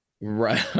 Right